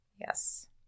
Yes